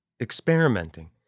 experimenting